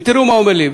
ותראו מה הוא אומר לי,